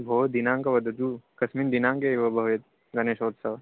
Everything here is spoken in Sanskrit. भो दिनाङ्कं वदतु कस्मिन् दिनाङ्के एव भवेत् गणेशोत्सवः